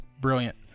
brilliant